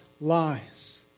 lies